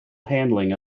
handling